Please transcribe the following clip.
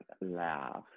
laugh